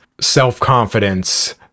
self-confidence